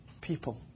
people